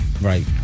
right